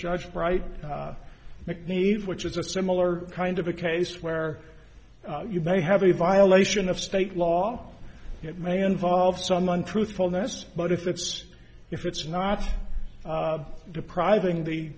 judge right need which is a similar kind of a case where you may have a violation of state law it may involve someone truthfulness but if it's if it's not depriving the